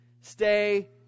Stay